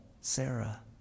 Sarah